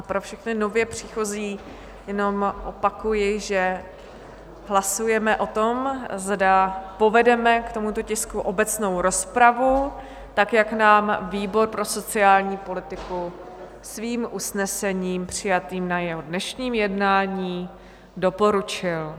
Pro všechny nově příchozí jenom opakuji, že hlasujeme o tom, zda povedeme k tomuto tisku obecnou rozpravu, jak nám výbor pro sociální politiku svým usnesením přijatým na jeho dnešním jednání doporučil.